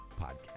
podcast